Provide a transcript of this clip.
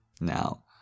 Now